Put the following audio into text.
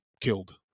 killed